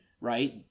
right